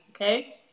Okay